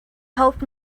helped